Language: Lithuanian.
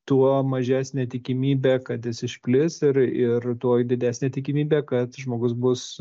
tuo mažesnė tikimybė kad jis išplis ir ir tuo didesnė tikimybė kad žmogus bus